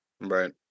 Right